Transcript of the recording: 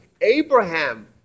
Abraham